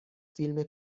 فیلم